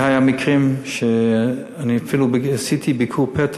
והיו מקרים שאני אפילו עשיתי ביקור פתע,